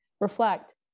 reflect